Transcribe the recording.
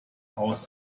aus